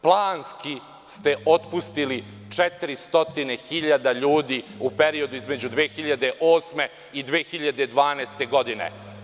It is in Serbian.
Planski ste otpustili 400.000 ljudi u periodu između 2008. i 2012. godine.